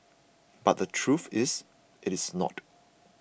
but the truth is it is not